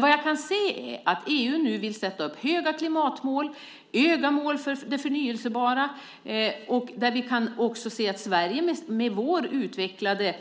Vad jag kan se är att EU nu vill sätta upp höga klimatmål och höga mål det förnybara. Vi kan också se att vi i Sverige, med vår utvecklade